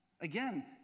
again